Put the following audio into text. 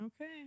Okay